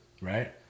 right